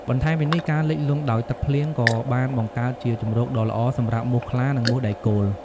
បន្ថែមពីនេះ ការលិចលង់ដោយទឹកភ្លៀងក៏បានបង្កើតជាជម្រកដ៏ល្អសម្រាប់មូសខ្លា និងមូសដែកគោល។